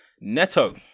Neto